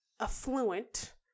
affluent